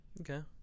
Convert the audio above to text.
Okay